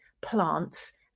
plants